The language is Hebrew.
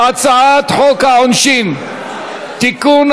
הצעת חוק העונשין (תיקון,